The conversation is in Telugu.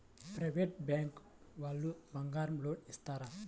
ప్రైవేట్ బ్యాంకు వాళ్ళు బంగారం లోన్ ఇస్తారా?